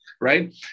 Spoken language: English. right